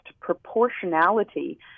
proportionality